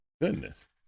goodness